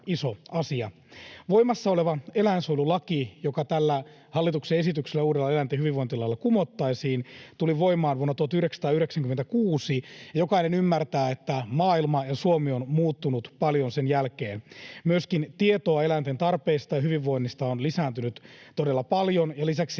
Voimassa oleva eläinsuojelulaki, joka tällä hallituksen esityksellä, uudella eläinten hyvinvointilailla, kumottaisiin, tuli voimaan vuonna 1996. Jokainen ymmärtää, että maailma ja Suomi ovat muuttuneet paljon sen jälkeen. Myöskin tieto eläinten tarpeista ja hyvinvoinnista on lisääntynyt todella paljon, ja lisäksi eläinten asema yhteiskunnassa on